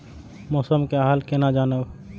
मौसम के हाल केना जानब?